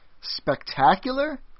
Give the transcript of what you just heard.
spectacular